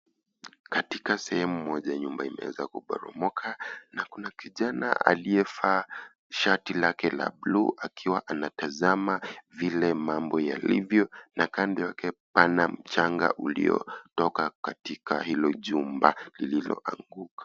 Katika sehemu moja, nyumba imeweza kuporomoka na kuna kijana aliyevaa shati lake la blue akiwa anatazama vile mambo yalivyo na kando yake pana mchanga uliotoka katika hilo chumba lililoanguka.